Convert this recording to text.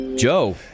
Joe